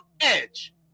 Edge